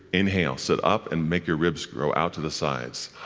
inhale. sit up and make your ribs grow out to the sides.